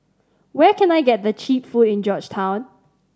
where can I get the cheap food in Georgetown